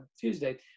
Tuesday